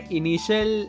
initial